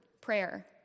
prayer